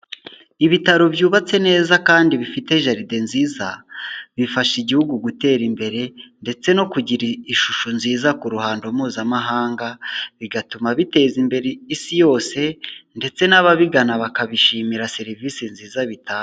Ibitaro byubatse neza kandi bifite jaride nziza, bifasha igihugu gutera imbere ndetse no kugira ishusho nziza ku ruhando mpuzamahanga, bigatuma biteza imbere Isi yose, ndetse n'ababigana bakabishimira serivisi nziza bitanga.